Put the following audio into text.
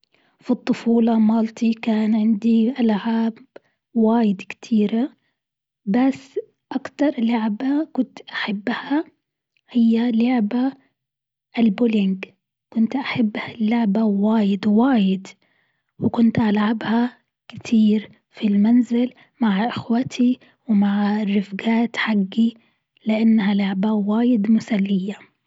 في الطفولة مالتي كان عندي ألعاب واجد كتيرة، بس أكتر لعبة كنت أحبها، هي لعبة البولينج. كنت أحب هالعبة واجد واجد، وكنت العبها كتير في المنزل مع أخواتي ومع الرفقات حقي لأنها لعبة واجد مسلية.